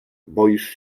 boisz